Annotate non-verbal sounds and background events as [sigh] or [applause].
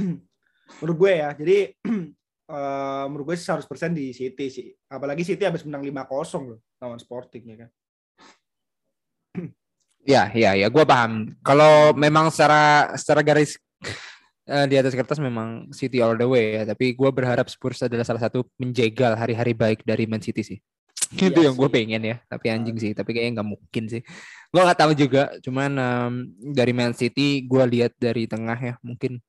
[clears throat] Menurut gue ya, jadi, [clears throat] eh, menurut gue sih 100% di City sih. Apalagi City habis menang 5-0 loh lawan Sporting, ya kan? [clears throat] Ya, ya, ya, gua paham. Kalau memang secara- secara garis, [laughs] eh, di atas kertas memang City all the way ya. Tapi gua berharap Spurs adalah salah satu menjegal hari-hari baik dari Man City sih. [tsk] Itu Iya yang gua sih. pengen ya. Tapi anjing Ah. sih. Tapi kayaknya nggak mungkin sih. Gua nggak tahu juga. Cuman, em, dari Man City gua lihat dari tengah ya, mungkin